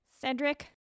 Cedric